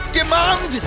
demand